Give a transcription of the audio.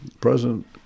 president